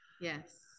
yes